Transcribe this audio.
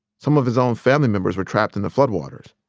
some of his own family members were trapped in the floodwaters.